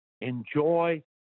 enjoy